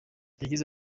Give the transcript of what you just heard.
yagize